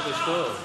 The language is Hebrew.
חודש טוב.